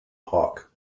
park